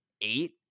eight